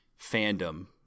fandom